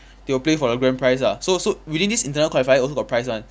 they'll play for the grand prize ah so so within this internal qualifier also got prize [one]